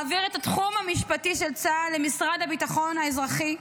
מעביר את התחום המשפטי של צה"ל למשרד הביטחון האזרחי,